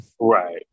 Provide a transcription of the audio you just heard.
right